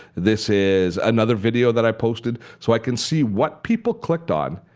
this is another video that i posted. so i can see what people clicked on